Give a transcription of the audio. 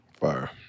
Fire